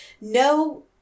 no